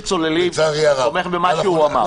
לפני שאנחנו צוללים, אני תומך במה שהוא אמר.